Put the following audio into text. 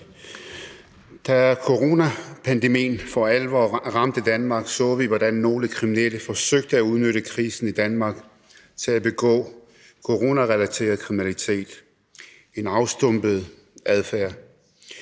Da coronapandemien for alvor ramte Danmark, så vi, hvordan nogle kriminelle forsøgte at udnytte krisen i Danmark til at begå coronarelateret kriminalitet – en afstumpet adfærd,